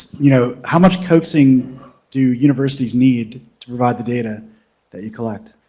you know, how much coaxing do universities need to provide the data that you collect?